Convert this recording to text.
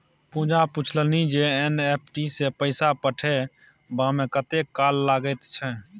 पूजा पूछलनि जे एन.ई.एफ.टी सँ पैसा पठेबामे कतेक काल लगैत छै